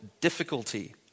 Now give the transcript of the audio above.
difficulty